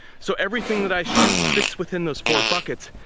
so everything that i shoot fits within those four buckets,